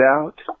out